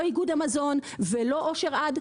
לא איגוד המזון ולא אושר עד,